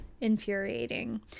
infuriating